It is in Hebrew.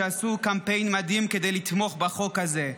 שעשו קמפיין מדהים כדי לתמוך בחוק הזה.